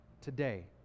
today